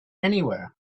anywhere